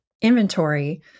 inventory